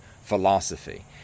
philosophy